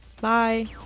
Bye